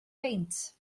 beint